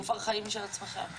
גוף ארכאי משל עצמכם.